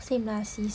same lah sis